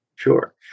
Sure